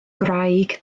gwraig